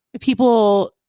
people